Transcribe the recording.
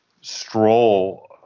stroll